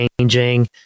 changing